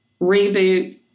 reboot